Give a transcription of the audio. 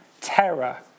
terror